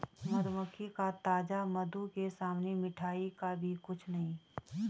मधुमक्खी का ताजा मधु के सामने मिठाई भी कुछ नहीं